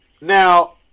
Now